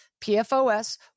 PFOS